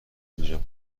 اینجا